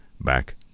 back